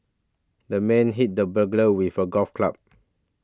the man hit the burglar with a golf club